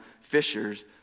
fishers